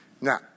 Now